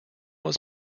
was